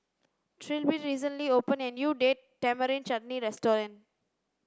Trilby recently opened a new Date Tamarind Chutney restaurant